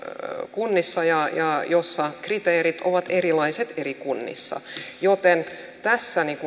kunnissa ja jossa kriteerit ovat erilaiset eri kunnissa joten tässä